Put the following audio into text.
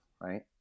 right